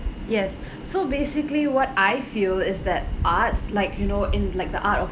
yes so basically what I feel is that arts like you know in like the art of